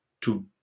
two